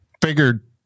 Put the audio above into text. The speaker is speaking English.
figured